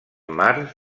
mars